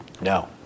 No